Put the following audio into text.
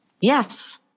Yes